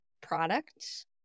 product